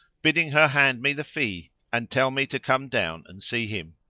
bidding her hand me the fee and tell me to come down and see him.